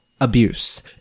Abuse